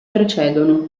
precedono